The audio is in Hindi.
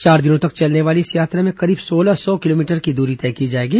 चार दिनों तक चलने वाली इस यात्रा में करीब सोलह सौ किलोमीटर की दूरी तय की जाएगी